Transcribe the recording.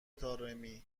طارمی